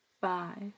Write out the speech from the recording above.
five